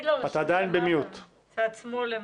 עורך דין